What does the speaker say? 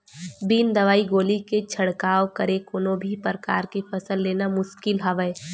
बिन दवई गोली के छिड़काव करे कोनो भी परकार के फसल लेना मुसकिल हवय